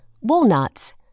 walnuts